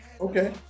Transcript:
Okay